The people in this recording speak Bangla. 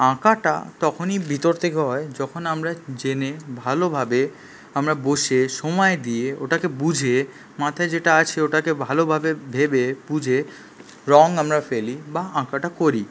আঁকাটা তখনই ভিতর থেকে হয় যখন আমরা জেনে ভালোভাবে আমরা বসে সময় দিয়ে ওটাকে বুঝে মাথায় যেটা আসে ওটাকে ভালোভাবে ভেবে বুঝে রং আমরা ফেলি বা আঁকাটা করি